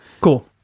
Cool